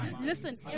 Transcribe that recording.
listen